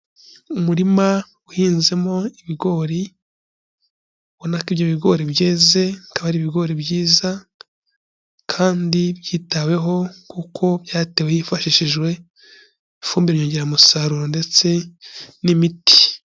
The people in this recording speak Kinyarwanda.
Umurima uhinzemo ibigori ubona ko ibyo bigori byeze, bikaba ari ibigori byiza kandi byitaweho kuko byatewe hifashishijwe ifumbire nyongeramusaruro ndetse n'imiti.